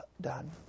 done